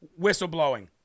whistleblowing